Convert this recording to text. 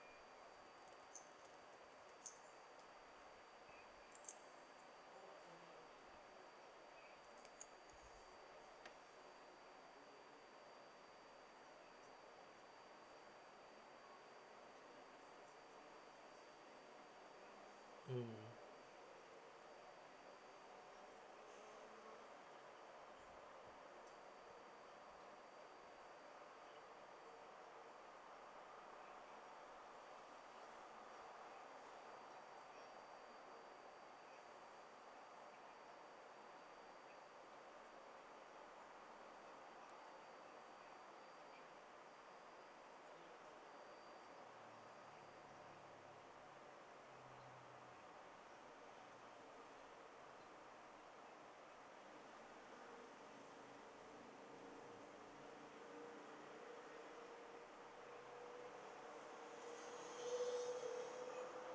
hmm